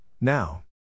now